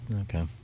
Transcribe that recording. Okay